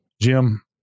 Jim